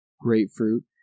grapefruit